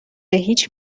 هیچ